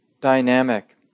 dynamic